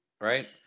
Right